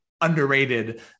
underrated